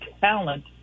talent